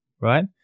right